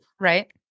Right